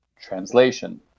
translation